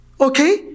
okay